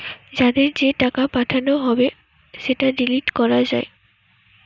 যাদের যে টাকা পাঠানো হবে সেটা ডিলিট করা যায়